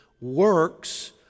works